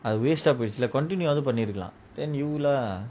waste eh போய்டுச்சில:poiduchila then you lah